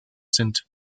sind